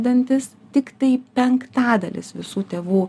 dantis tiktai penktadalis visų tėvų